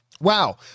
Wow